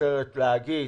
אחרת להגיד.